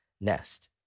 nest